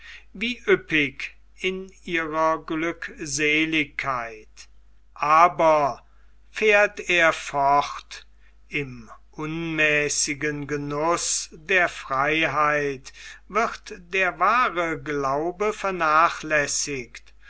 wie üppig in ihrer glückseligkeit aber fährt er fort im unmäßigen genuß der freiheit wird der wahre glaube vernachlässigt